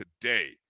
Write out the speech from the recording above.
today